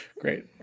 Great